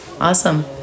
awesome